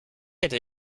hätte